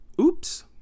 Oops